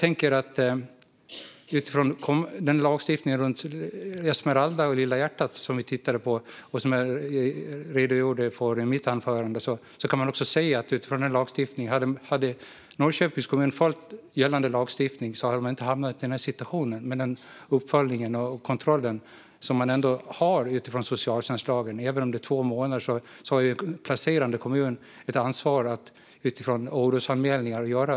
Utifrån den lagstiftning som rör Esmeralda, "Lilla hjärtat", som vi har tittat på och som jag redogjort för i mitt anförande, kan man säga att om Norrköpings kommun följt gällande lagstiftning hade man inte hamnat i den situationen. Placerande kommun har ett ansvar att följa upp och kontrollera enligt socialtjänstlagen och även att följa upp orosanmälningar.